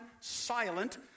silent